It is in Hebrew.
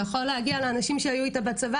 זה יכול להגיע לאנשים שהיו איתה בצבא